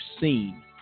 seen